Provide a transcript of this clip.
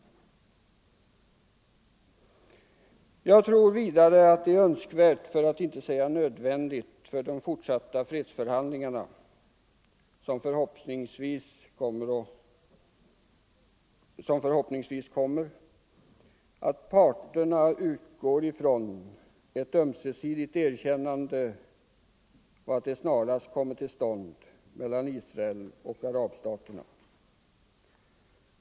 Jag tror vidare att det är önskvärt, för att inte säga nödvändigt, för de fortsatta fredsförhandlingar som förhoppningsvis kommer att parterna utgår ifrån att ett ömsesidigt erkännande snarast kommer till stånd mellan Israel och arabstaterna.